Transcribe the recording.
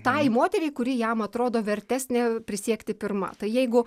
tai moteriai kuri jam atrodo vertesnė prisiekti pirma tai jeigu